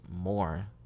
more